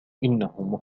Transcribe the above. إنه